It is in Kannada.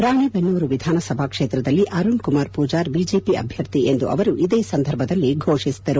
ರಾಣೆಬೆನ್ನೂರು ವಿಧಾನಸಭಾ ಕ್ಷೇತ್ರದಲ್ಲಿ ಅರುಣ್ಕುಮಾರ್ ಪೂಜಾರ್ ಬಿಜೆಪಿ ಅಭ್ಯರ್ಥಿ ಎಂದು ಅವರು ಇದೇ ಸಂದರ್ಭದಲ್ಲಿ ಘೋಷಿಸಿದರು